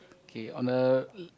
okay on the